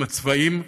עם הצבעים,